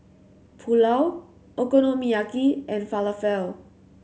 Pulao Okonomiyaki and Falafel